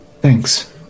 Thanks